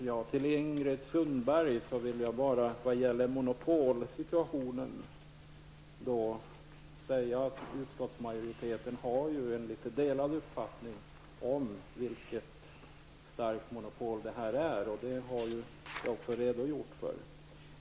Herr talman! Vad gäller monopolsituationen vill jag till Ingrid Sundberg säga att utskottsmajoriteten har en något delad uppfattning om hur starkt monopolet är. Detta har jag också redogjort för.